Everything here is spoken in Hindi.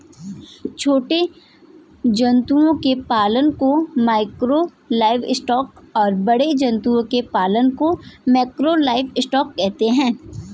छोटे जंतुओं के पालन को माइक्रो लाइवस्टॉक और बड़े जंतुओं के पालन को मैकरो लाइवस्टॉक कहते है